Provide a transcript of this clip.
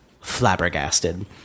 flabbergasted